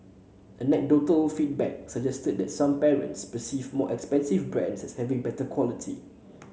anecdotal feedback suggested that some parents perceive more expensive brands as having better quality